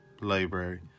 library